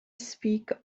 speak